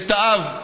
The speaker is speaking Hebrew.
את האב.